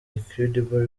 incredible